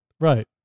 Right